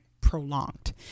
prolonged